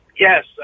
yes